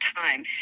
time